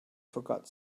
forgot